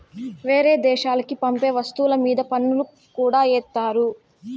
వేరే దేశాలకి పంపే వస్తువుల మీద పన్నులు కూడా ఏత్తారు